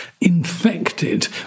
infected